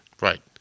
Right